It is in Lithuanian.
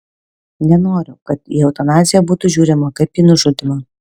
nenoriu kad į eutanaziją būtų žiūrimą kaip į nužudymą